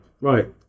right